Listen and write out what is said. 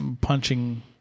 punching